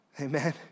Amen